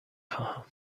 خواهم